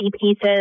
pieces